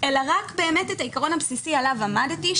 אלא רק את העיקרון הבסיסי שעליו עמדתי,